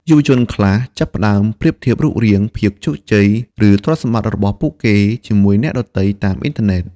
យុវជនខ្លះចាប់ផ្តើមប្រៀបធៀបរូបរាង ភាពជោគជ័យ ឬទ្រព្យសម្បត្តិរបស់ពួកគេជាមួយអ្នកដទៃតាមអ៊ីនធឺណិត។